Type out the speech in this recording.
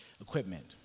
equipment